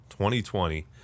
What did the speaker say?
2020